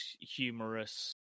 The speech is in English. humorous